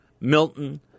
Milton